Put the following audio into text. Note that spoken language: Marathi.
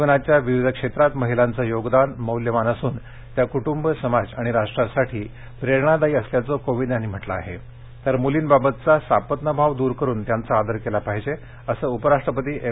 जीवनाच्या विविध क्षेत्रात महिलांचं योगदान मौल्यवान असून त्या कुटुंब समाज आणि राष्ट्रासाठी प्रेरणादायी असल्याचं कोविंद यांनी म्हटलं आहे तर मुलींबाबतचा सापत्रभाव दूर करून त्यांचा आदर केला पाहिजे असं उपराष्ट्रपती एम